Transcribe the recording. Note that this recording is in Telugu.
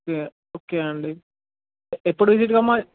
ఓకే ఓకే అండి ఎప్పుడు విజిట్ కమ్మని